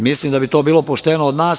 Mislim da bi to bilo pošteno od nas.